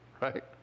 Right